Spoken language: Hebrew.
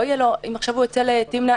אם עכשיו הוא יוצא לתמנע,